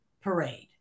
parade